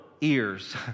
ears